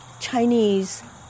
Chinese